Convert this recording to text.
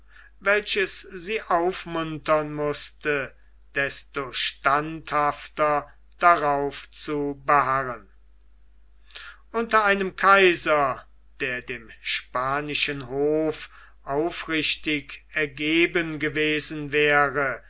welches sie aufmuntern mußte desto standhafter darauf zu beharren unter einem kaiser der dem spanischen hof aufrichtig ergeben gewesen wäre